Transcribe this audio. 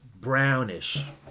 brownish